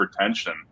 hypertension